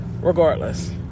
regardless